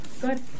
good